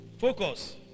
Focus